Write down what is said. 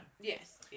Yes